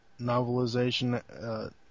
novelization